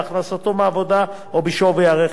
בהכנסתו מעבודה ובשווי הרכב.